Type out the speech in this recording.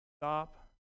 Stop